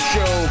Show